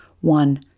One